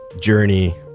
journey